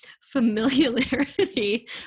Familiarity